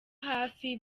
hafi